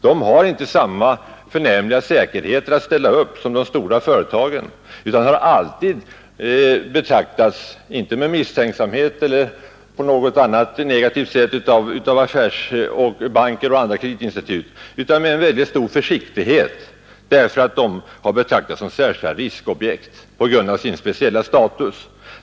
De har inte samma förnämliga säkerheter att ställa upp som de stora företagen utan har alltid betraktats, inte med misstänksamhet eller på något annat negativt sätt av affärsbanker och andra kreditinstitut utan med en mycket stor försiktig het, därför att de har bedömts som särskilda riskobjekt på grund av sin speciella status.